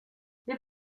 les